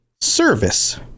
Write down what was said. service